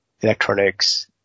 electronics